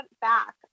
back